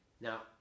Now